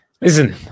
Listen